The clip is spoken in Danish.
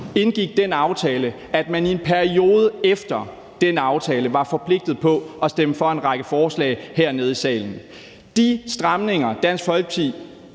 indgik den aftale, at man i en periode efter den aftale var forpligtet til at stemme for en række forslag hernede i salen. De stramninger, som Dansk Folkeparti